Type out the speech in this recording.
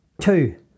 two